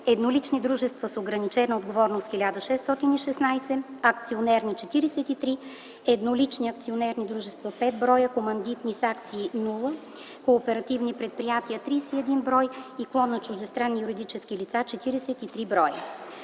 еднолични дружества с ограничена отговорност – 1616, акционерни – 43, еднолични акционерни дружества – 5 броя, командитни с акции – 0, кооперативни предприятия – 31 броя и клон на чуждестранни юридически лица – 43 броя.